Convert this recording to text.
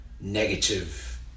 negative